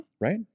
right